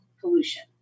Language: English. pollution